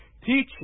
teaching